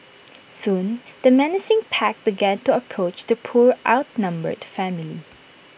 soon the menacing pack began to approach the poor outnumbered family